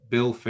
Bill